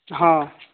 ହଁ